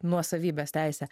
nuosavybės teisę